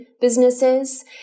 businesses